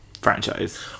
franchise